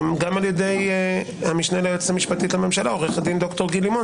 גם על ידי המשנה ליועצת המשפטית לממשלה עו"ד ד"ר גיל לימון